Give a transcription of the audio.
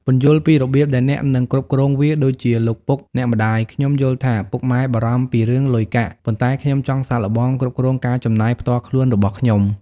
ពន្យល់ពីរបៀបដែលអ្នកនឹង គ្រប់គ្រងវា ដូចជា "លោកពុក អ្នកម្ដាយ ខ្ញុំយល់ថាពុកម៉ែបារម្ភពីរឿងលុយកាក់ ប៉ុន្តែខ្ញុំចង់សាកល្បងគ្រប់គ្រងការចំណាយផ្ទាល់ខ្លួនរបស់ខ្ញុំ។